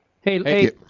Hey